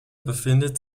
befindet